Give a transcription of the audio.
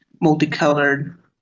multicolored